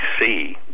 see